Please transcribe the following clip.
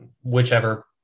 whichever